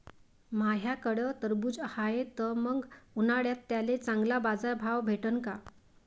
माह्याकडं टरबूज हाये त मंग उन्हाळ्यात त्याले चांगला बाजार भाव भेटन का?